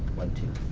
one two.